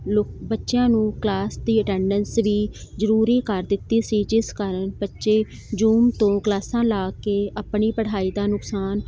ਲੋ ਬੱਚਿਆਂ ਨੂੰ ਕਲਾਸ ਦੀ ਅਟੈਂਡੈਂਸ ਵੀ ਜ਼ਰੂਰੀ ਕਰ ਦਿੱਤੀ ਸੀ ਜਿਸ ਕਾਰਨ ਬੱਚੇ ਜ਼ੂਮ ਤੋਂ ਕਲਾਸਾਂ ਲਾ ਕੇ ਆਪਣੀ ਪੜ੍ਹਾਈ ਦਾ ਨੁਕਸਾਨ